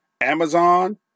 Amazon